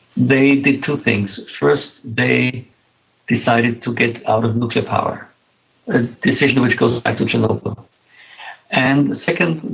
they did two things. first, they decided to get out of nuclear power, a decision which goes back to chernobyl and second,